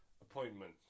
appointment